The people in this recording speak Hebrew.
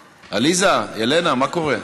עליזה, הלנה, מה קורה?